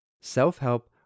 Self-help